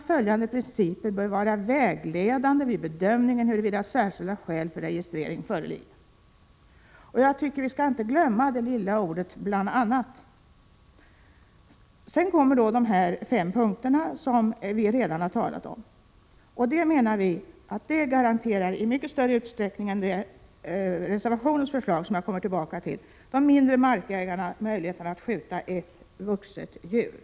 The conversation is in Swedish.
a. följande principer bör vara vägledande vid bedömningen huruvida särskilda skäl för registrering föreligger:” Jag tycker att vi inte skall glömma det lilla ordet ”bl.a.”. Så följer i utskottets skrivning de fem punkter som vi redan har talat om. De garanterar i mycket större utsträckning än reservationens förslag de mindre markägarnas möjligheter att skjuta ett vuxet djur.